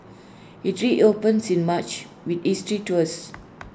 IT reopens in March with history tours